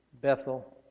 Bethel